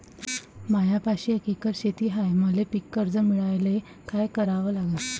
मायापाशी एक एकर शेत हाये, मले पीककर्ज मिळायले काय करावं लागन?